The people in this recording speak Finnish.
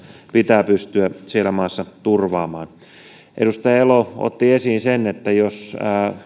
pitää pystyä siellä maassa turvaamaan edustaja elo otti esiin sen että jos